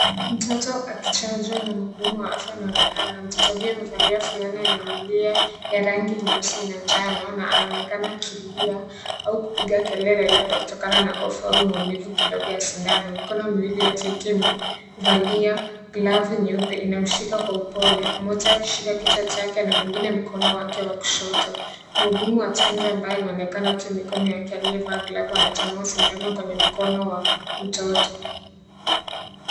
Mtoto akichanjwa na muhudumu wa afya anaonekana, mtoto huyu amevalia fulana yenye milia ya rangi ya njano anaonekana akilia au kupiga kelele kwa kutokana na hofu au maumivu kidogo kutokana na shindano mikono miwili yote ikiwa inevalia glavu nyeupe inamshika kwa upole moja akimshika kichwa chake ingine mkono wake wa kushoto muudumu wa chanjo ambaye uonekana mkono wake uliovaa glavu anachomoa shindano kwenye mkono wa mtoto.